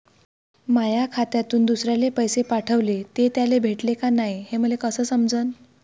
माया खात्यातून दुसऱ्याले पैसे पाठवले, ते त्याले भेटले का नाय हे मले कस समजन?